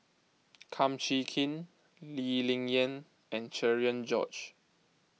Kum Chee Kin Lee Ling Yen and Cherian George